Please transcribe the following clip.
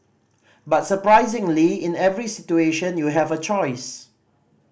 but surprisingly in every situation you have a choice